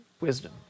wisdom